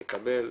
לקבל,